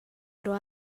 però